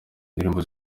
indirimbo